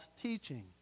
teaching